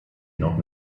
noch